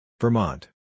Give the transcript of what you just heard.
Vermont